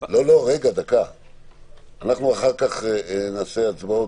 אנחנו אחר כך נעשה הצבעות.